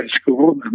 school